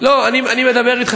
הבעיות אמיתיות.